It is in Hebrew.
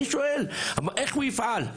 אני שואל, איך הם יפעלו?